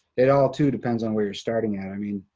it all, too, depends on where you're starting at. i mean,